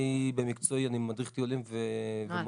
במקצועי, אני מדריך טיולים ומורה.